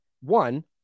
one